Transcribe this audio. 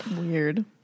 weird